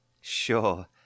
sure